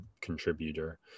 contributor